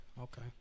Okay